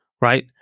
right